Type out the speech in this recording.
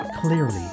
Clearly